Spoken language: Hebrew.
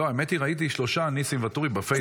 האמת היא שראיתי שלושה ניסים ואטורי בפייסבוק.